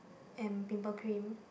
and pimple cream